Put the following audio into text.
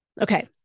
Okay